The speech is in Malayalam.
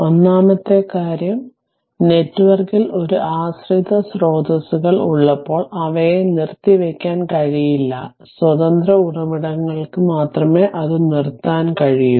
ഒന്നാമത്തെ കാര്യം നെറ്റ്വർക്കിൽ ഒരു ആശ്രിത സ്രോതസ്സുകൾ ഉള്ളപ്പോൾ അവയെ നിർത്തിവയ്ക്കാൻ കഴിയില്ല സ്വതന്ത്ര ഉറവിടങ്ങൾക്ക് മാത്രമേ അത് നിർത്താൻ കഴിയൂ